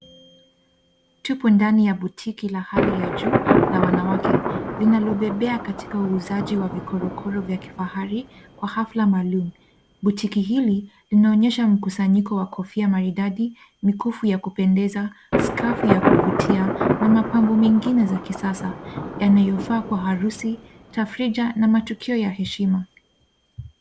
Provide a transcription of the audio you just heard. Tupo ndani ya boutique la hali ya juu la wanawake, linalopepea katika uzaji wa virogoro vya kifahari kwa hafla maalum. Boutique hili linaonyesha mkusanyiko wa kofia maridadi mikufu wa kupendeza, skafu ya kufutia na mapambo mingine za kisasa yanaovaa kwa harusi tafirija na matokeo ya heshima.